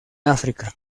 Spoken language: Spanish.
áfrica